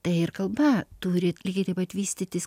tai ir kalba turi lygiai taip pat vystytis